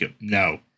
No